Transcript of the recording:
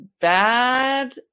bad